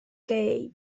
kiev